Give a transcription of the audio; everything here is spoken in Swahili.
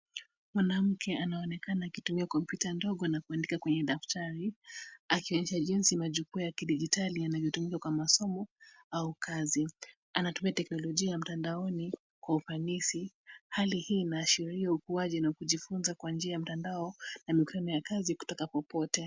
Mwanamke anaonekana akitumia komputa ndogo na kuandika kwenye daftari akionyesha jinsi majukwa ya kidijitali yanavyotumika kwa masomo au kazi anatumia teknolojia ya mtandaoni kwa ufanisi. Hali hii inaashiria ukuaji na kujifunza kwa njia ya mtandao na kufanya kazi kutoka popote.